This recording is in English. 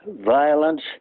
violence